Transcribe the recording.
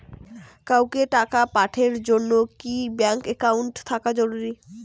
কাউকে টাকা পাঠের জন্যে কি ব্যাংক একাউন্ট থাকা জরুরি?